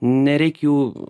nereik jų